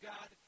God